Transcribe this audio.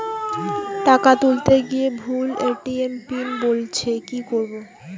টাকা তুলতে গিয়ে ভুল এ.টি.এম পিন বলছে কি করবো?